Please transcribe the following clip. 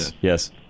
yes